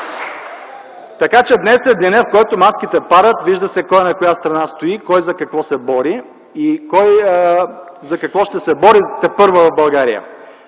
Така че днес е денят, в който маските падат. Вижда се кой на коя страна стои, кой за какво се бори и кой за какво ще се бори тепърва в България.